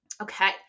Okay